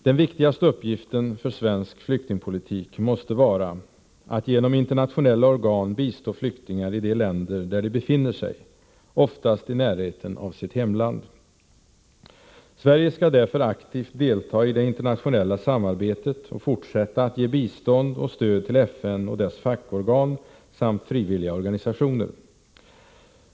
Den viktigaste uppgiften för svensk flyktingpolitik måste vara att genom internationella organ bistå flyktingar i de länder där de befinner sig, oftast i närheten av sitt hemland. Sverige skall därför aktivt delta i det internationella samarbetet och fortsätta att ge bistånd och stöd till FN och dess fackorgan samt frivilliga organisationer.